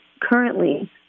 Currently